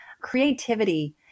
Creativity